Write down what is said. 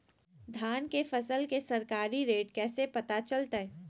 धान के फसल के सरकारी रेट कैसे पता चलताय?